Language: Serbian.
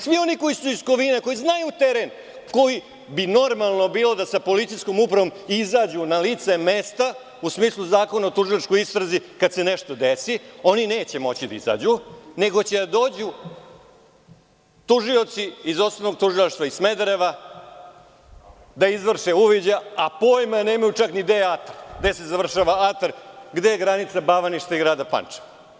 Svi oni koji su iz Kovina, koji znaju teren, koji bi normalno bilo da sa policijskom upravom izađu na lice mesta, u smislu Zakona o tužilačkoj istrazi, kada se nešto desi, oni neće moći da izađu, nego će da dođu tužioci iz Osnovnog tužilaštva iz Smedereva da izvrše uviđaj, a pojma nemaju čak ni gde je atar, gde se završava atar, gde je granica Bavaništa i Grada Pančeva.